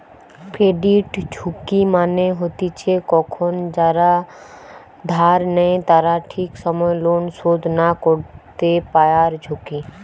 credit ঝুঁকি মানে হতিছে কখন যারা ধার নেই তারা ঠিক সময় লোন শোধ না করতে পায়ারঝুঁকি